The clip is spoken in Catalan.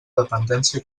dependència